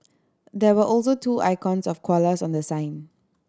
there were also two icons of koalas on the sign